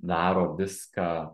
daro viską